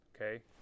okay